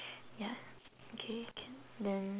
yeah okay can then